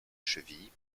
cheville